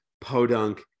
podunk